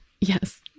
Yes